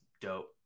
dope